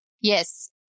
Yes